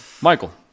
Michael